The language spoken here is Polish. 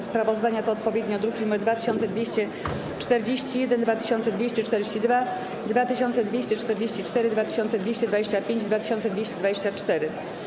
Sprawozdania to odpowiednio druki nr 2241, 2242, 2244, 2225 i 2224.